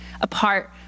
apart